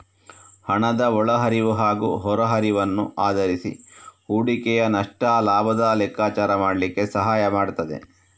ಹಣದ ಒಳ ಹರಿವು ಹಾಗೂ ಹೊರ ಹರಿವನ್ನು ಆಧರಿಸಿ ಹೂಡಿಕೆಯ ನಷ್ಟ ಲಾಭದ ಲೆಕ್ಕಾಚಾರ ಮಾಡ್ಲಿಕ್ಕೆ ಸಹಾಯ ಮಾಡ್ತದೆ